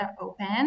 open